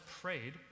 prayed